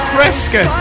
Fresca